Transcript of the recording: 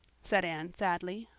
said anne sadly.